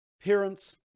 Parents